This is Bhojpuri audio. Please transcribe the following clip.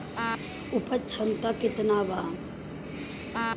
उपज क्षमता केतना वा?